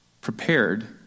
prepared